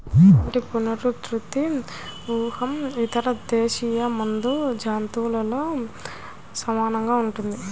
వాటి పునరుత్పత్తి వ్యూహం ఇతర దేశీయ మంద జంతువులతో సమానంగా ఉంటుంది